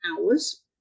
hours